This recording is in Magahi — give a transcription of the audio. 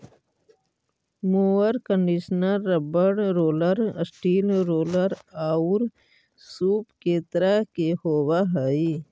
mower conditioner rubber roller, steel roller औउर सूप के तरह के होवऽ हई